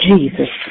Jesus